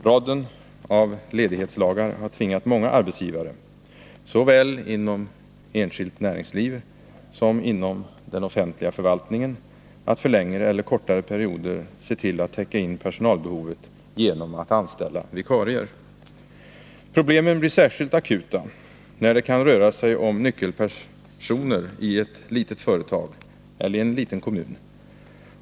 Raden av ledighetslagar har tvingat många arbetsgivare såväl inom enskilt näringsliv som inom offentlig förvaltning att för längre eller kortare perioder se till att täcka in personalbehovet genom att anställa vikarier. Problemen blir särskilt akuta när det kan röra sig om nyckelpersoner i ett litet företag eller i en liten kommun.